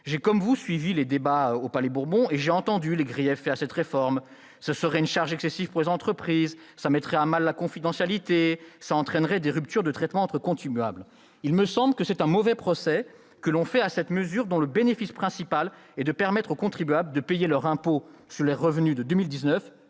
J'ai, comme vous, suivi les débats au Palais-Bourbon et j'ai entendu les griefs faits à cette réforme : le prélèvement à la source serait une charge excessive pour les entreprises ; il mettrait à mal la confidentialité ; il entraînerait des ruptures de traitement entre contribuables. Il me semble que c'est un mauvais procès que l'on fait à cette mesure, dont le bénéfice principal est de permettre aux contribuables de payer leur impôt sur le revenu de 2019